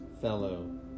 fellow